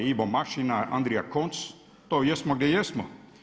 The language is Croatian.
Ivo Mašina, Andrija Konc to jesmo gdje jesmo.